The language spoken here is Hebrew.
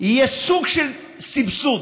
יהיה סוג של מיסוי.